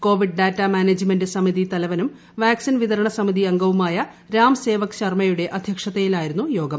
Covid data management സമിതി തലവനും vaccine വിതരണസമിതി അംഗവുമായ രാം സേവക് ശർമയുടെ അധ്യക്ഷതയിലായിരുന്നു യ്യോഗം